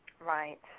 Right